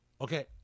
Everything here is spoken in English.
Okay